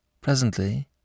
Presently